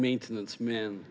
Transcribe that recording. maintenance man